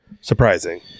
Surprising